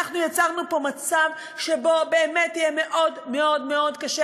אנחנו יצרנו פה מצב שבו באמת יהיה מאוד מאוד מאוד קשה